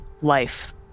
life